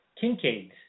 Kincaid